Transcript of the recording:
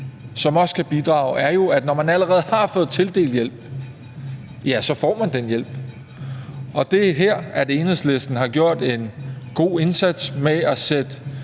som også kan bidrage, er jo, at når man allerede har fået tildelt hjælp, ja, så får man den hjælp. Det er her, Enhedslisten har gjort en god indsats med at sætte